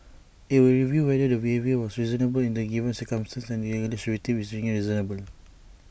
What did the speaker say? IT will review whether the behaviour was reasonable in the given circumstances and if the alleged victim is being reasonable